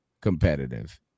competitive